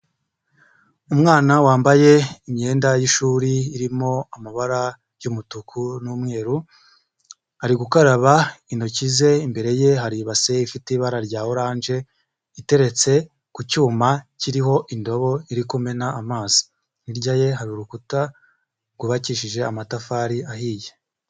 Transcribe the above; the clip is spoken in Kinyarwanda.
Umwana wambaye imyenda y'ishuri irimo amabara y'umutuku n'umweru, ari gukaraba intoki ze imbere ye hari ibase ifite ibara rya oranje iteretse ku cyuma kiriho indobo iri kumena amazi. Hirya ye hari urukuta rwubakishije amatafari ahiye.